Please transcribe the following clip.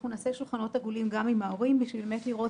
אנחנו נעשה שולחנות עגולים גם עם ההורים בשביל לראות